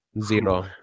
zero